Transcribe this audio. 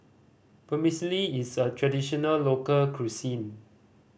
vermicelli is a traditional local cuisine